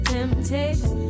Temptation